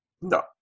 No